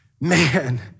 man